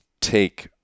take